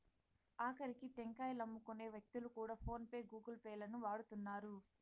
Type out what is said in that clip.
ఆకరికి టెంకాయలమ్ముకునే వ్యక్తులు కూడా ఫోన్ పే గూగుల్ పే లను వాడుతున్నారు